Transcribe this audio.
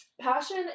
Passion